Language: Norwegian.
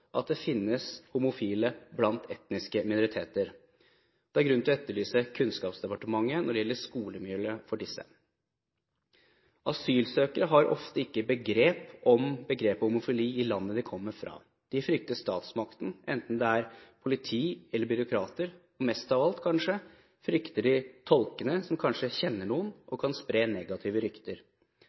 at det finnes homofile blant etniske minoriteter. Det er grunn til å etterlyse Kunnskapsdepartementet når det gjelder skolemiljøet for disse. Asylsøkere har ofte ikke begrep om begrepet «homofili» fra det landet de kommer fra. De frykter statsmakten, enten det er politi eller byråkrater – kanskje de mest av alt frykter tolkene, som kanskje kjenner noen og kan spre negative rykter.